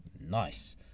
nice